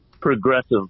progressive